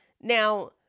Now